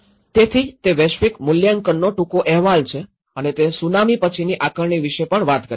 તેથી તે વૈશ્વિક મૂલ્યાંકનનો ટૂંકો અહેવાલ છે અને તે સુનામી પછીની આકારણી વિશે પણ વાત કરે છે